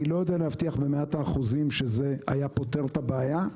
אני לא יודע להבטיח במאה אחוז שזה היה פותר את הבעיה,